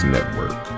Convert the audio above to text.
Network